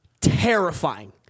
Terrifying